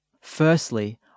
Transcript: Firstly